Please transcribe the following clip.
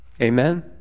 Amen